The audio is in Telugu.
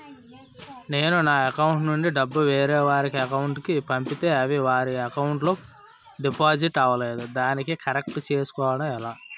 నేను నా అకౌంట్ నుండి డబ్బు వేరే వారి అకౌంట్ కు పంపితే అవి వారి అకౌంట్ లొ డిపాజిట్ అవలేదు దానిని కరెక్ట్ చేసుకోవడం ఎలా?